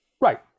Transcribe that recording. Right